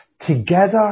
together